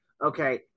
okay